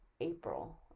April